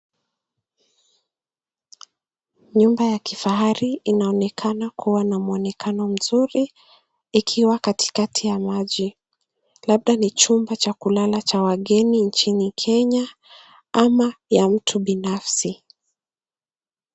Nyumba ya kifahari inaonekana kuwa na mwonekano mzuri ikiwa katikati ya maji. Labda ni chumba cha kulala cha wageni nchini Kenya ama ya mtu binafsi.